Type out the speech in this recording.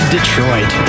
Detroit